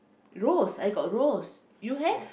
rose I got rose you have